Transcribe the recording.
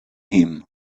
him